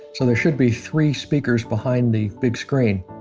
so there should be three speakers behind the big screen.